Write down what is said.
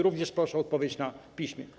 Również proszę o odpowiedź na piśmie.